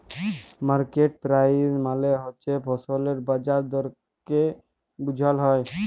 market price মালে হছে ফসলের বাজার দরকে বুঝাল হ্যয়